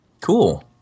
Cool